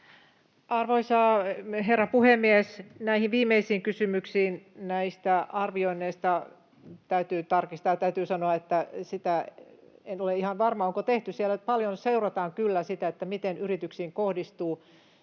Arvoisa herra puhemies! Näihin viimeisiin kysymyksiin näistä arvioinneista: Täytyy tarkistaa. Ja täytyy sanoa, että en ole ihan varma, onko siellä tehty. Paljon seurataan kyllä sitä, miten tämä yrityksiin kohdistuu,